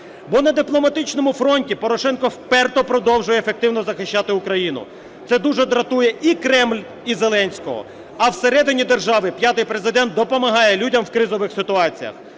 Бо на дипломатичному фронті Порошенко вперто продовжує ефективно захищати Україну, це дуже дратує і Кремль і Зеленського. А всередині держави п'ятий Президент допомагає людям в кризових ситуаціях.